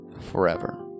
forever